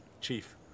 chief